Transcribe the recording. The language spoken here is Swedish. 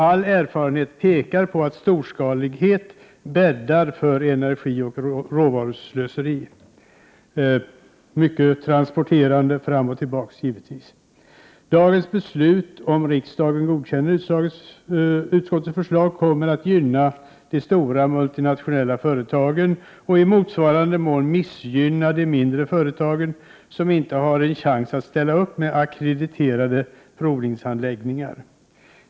All erfarenhet pekar på att detta bäddar för energioch råvaruslöseri — det blir givetvis mycket transporterande fram och tillbaka. Om riksdagen godkänner utskottets förslag, kommer morgondagens beslut att gynna de stora multinationella företagen, och i motsvarande mån missgynna de mindre företagen som inte har en chans att ställa upp med ackrediterade provningsanläggningar.